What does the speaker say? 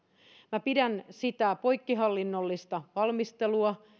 minä pidän sitä poikkihallinnollista valmistelua